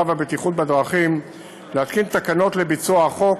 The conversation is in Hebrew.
והבטיחות בדרכים להתקין תקנות לביצוע החוק,